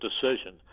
decision